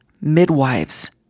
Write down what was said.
midwives